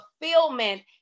fulfillment